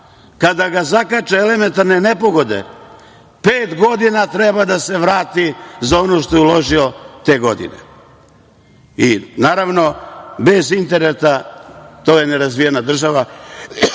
Kada ga zakače elementarne nepogode, pet godina treba da se vrati za ono što je uložio te godine. Naravno, bez interneta, to je nerazvijena država,